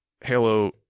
Halo